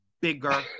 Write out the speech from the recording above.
bigger